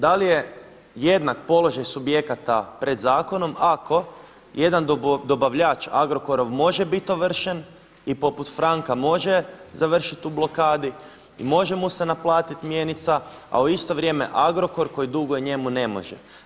Da li je jednak položaj subjekata pred zakonom ako jedan dobavljač Agrokorov može biti ovršen i poput Franka može završiti u blokadi i može mu se naplatiti mjenica, a u isto vrijeme Agrokor koji duguje njemu ne može?